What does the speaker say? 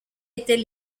était